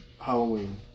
Halloween